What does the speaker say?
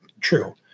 true